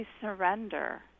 surrender